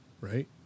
right